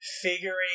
figuring